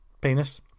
penis